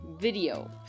video